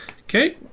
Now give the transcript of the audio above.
Okay